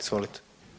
Izvolite.